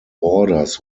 borders